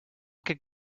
could